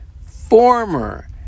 former